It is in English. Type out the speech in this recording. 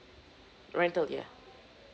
rental yeah